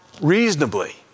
reasonably